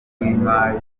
w’imari